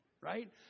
right